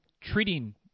treating